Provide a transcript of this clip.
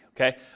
Okay